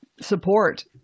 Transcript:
support